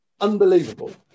unbelievable